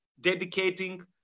dedicating